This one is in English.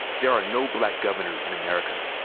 there are no black governors in america.